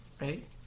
right